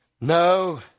No